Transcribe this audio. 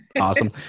Awesome